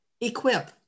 equip